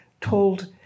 told